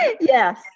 Yes